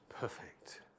perfect